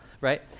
right